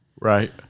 Right